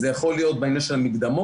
זה יכול להיות בעניין של המקדמות,